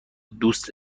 دوست